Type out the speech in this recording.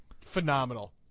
Phenomenal